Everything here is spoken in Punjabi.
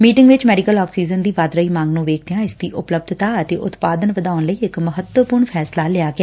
ਮੀਟਿੰਗ ਵਿਚ ਮੈਡੀਕਲ ਆਕਸੀਜਨ ਦੀ ਵੱਧ ਰਹੀ ਮੰਗ ਨੂੰ ਵੇਖਦਿਆਂ ਇਸ ਦੀ ਉਪਲਬੱਧਤਾ ਅਤੇ ਉਤਪਾਦਨ ਵਧਾਉਣ ਲਈ ਇਕ ਮਹੱਤਵਪੁਰਨ ਫੈਸਲਾ ਲਿਆ ਗਿਆ